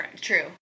True